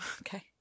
Okay